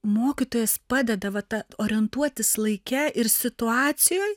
mokytojas padeda vat ta orientuotis laike ir situacijoj